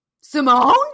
Simone